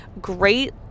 great